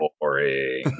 boring